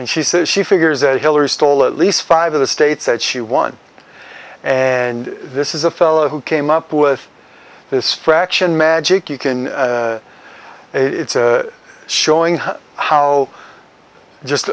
and she says she figures that hillary stole at least five of the states that she won and this is a fellow who came up with this fraction magic you can it's showing how just